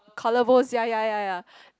collar bones ya ya ya ya